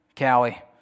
Callie